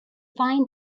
find